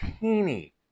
teeny